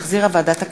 שהחזירה ועדת הכנסת.